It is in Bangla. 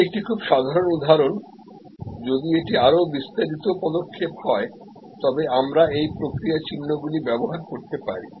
এটি একটি খুব সাধারণ উদাহরণ যদি এটি আরও বিস্তারিত পদক্ষেপ হয় তবে আমরা এই প্রক্রিয়া চিহ্নগুলি ব্যবহার করতে পারি